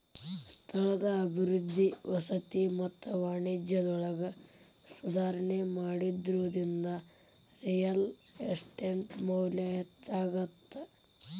ಸ್ಥಳದ ಅಭಿವೃದ್ಧಿ ವಸತಿ ಮತ್ತ ವಾಣಿಜ್ಯದೊಳಗ ಸುಧಾರಣಿ ಮಾಡೋದ್ರಿಂದ ರಿಯಲ್ ಎಸ್ಟೇಟ್ ಮೌಲ್ಯ ಹೆಚ್ಚಾಗತ್ತ